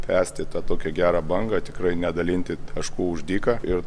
tęsti tą tokią gerą bangą tikrai nedalinti taškų už dyką ir